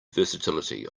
versatility